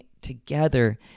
together